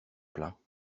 pleins